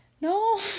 No